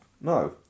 No